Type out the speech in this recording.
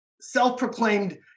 self-proclaimed